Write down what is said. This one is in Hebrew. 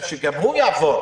שגם הוא יעבור